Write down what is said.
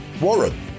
Warren